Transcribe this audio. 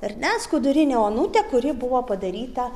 ar ne skudurinė onutė kuri buvo padaryta